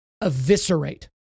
eviscerate